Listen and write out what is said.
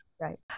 Right